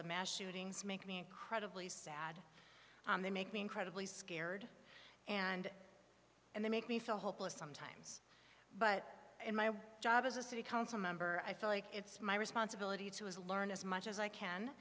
the mass shootings make me incredibly sad they make me incredibly scared and and they make me feel hopeless sometimes but in my job as a city council member i feel like it's my responsibility to is learn as much as i can